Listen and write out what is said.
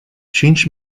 cinci